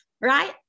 Right